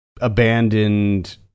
abandoned